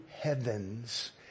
heavens